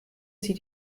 sie